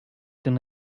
den